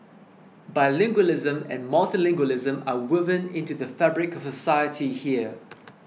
bilingualism and multilingualism are woven into the fabric of society here